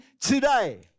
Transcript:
today